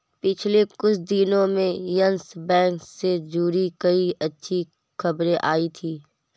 पिछले कुछ दिनो में यस बैंक से जुड़ी कई अच्छी खबरें आई हैं